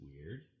weird